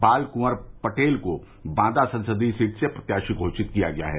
बाल कुंवर पटेल को बांदा संसदीय सीट से प्रत्याशी घोषित किया गया है